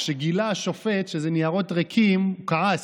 כשגילה השופט שהניירות ריקים, הוא כעס.